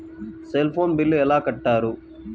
Cell phone bill ఎలా కట్టారు?